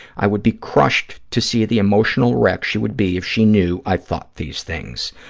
i would be crushed to see the emotional wreck she would be if she knew i thought these things.